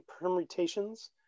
permutations